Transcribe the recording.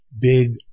big